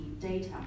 data